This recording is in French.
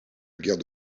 guerre